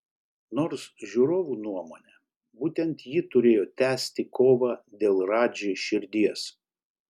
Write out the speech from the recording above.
nors žiūrovų nuomone būtent ji turėjo tęsti kovą dėl radži širdies